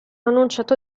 annunciato